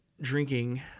drinking